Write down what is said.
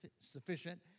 sufficient